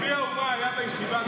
היה בישיבה גם?